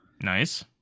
nice